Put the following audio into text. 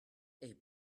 est